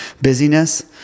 busyness